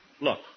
look